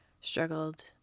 struggled